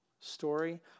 Story